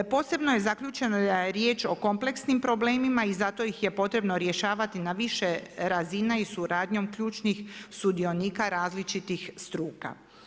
Posebno je zaključeno da je riječ o kompleksnim problemima i zato ih je potrebno rješavati na više razina i suradnjom ključnih sudionika različitih struka.